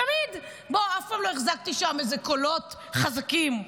תמיד אף פעם לא החזקתי שם קולות חזקים,